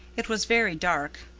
it was very dark.